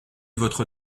votre